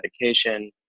medication